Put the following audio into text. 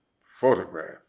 photograph